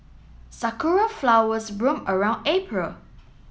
sakura flowers bloom around April